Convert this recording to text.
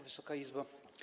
Wysoka Izbo!